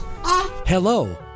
Hello